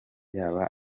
yaba